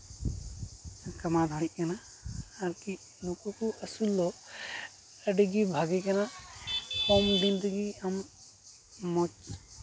ᱠᱟᱢᱟᱣ ᱫᱟᱲᱮᱜ ᱠᱟᱱᱟ ᱟᱨᱠᱤ ᱱᱩᱠᱩ ᱠᱚ ᱟᱹᱥᱩᱞ ᱫᱚ ᱟᱹᱰᱤ ᱜᱮ ᱵᱷᱟᱜᱮ ᱠᱟᱱᱟ ᱠᱚᱢ ᱫᱤᱱ ᱛᱮᱜᱮ ᱟᱢ ᱢᱚᱡᱽ